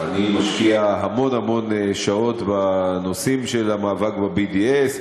אני משקיע המון המון שעות בנושאים של המאבק ב-BDS.